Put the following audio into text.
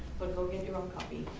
but go get your own copy.